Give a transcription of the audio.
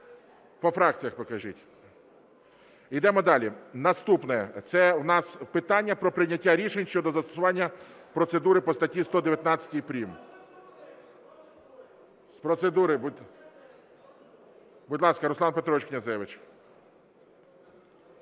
По фракціях покажіть. Ідемо далі. Наступне – це у нас питання про прийняття рішення щодо застосування процедури по статті 119 прим. З процедури, будь ласка, Руслан Петрович Князевич.